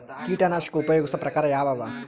ಕೀಟನಾಶಕ ಉಪಯೋಗಿಸೊ ಪ್ರಕಾರ ಯಾವ ಅವ?